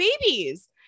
babies